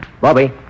Bobby